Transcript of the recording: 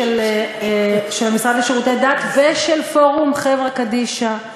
של המשרד לשירותי דת ושל פורום חברה קדישא,